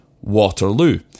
Waterloo